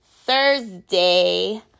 Thursday